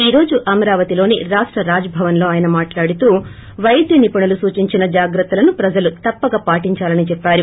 ఈ రోజు అమరావతి లోని రాష్ట రాజ్భవన్లో అయన మాట్లాడుతూ వైద్య నిపుణులు సూచించిన జాగ్రత్తలను ప్రజలు తప్పక పాటించాలని చెప్పారు